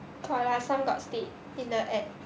got lah some got state in the app